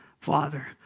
Father